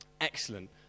Excellent